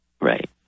Right